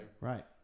right